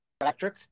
electric